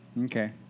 Okay